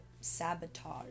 sabotage